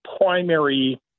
primary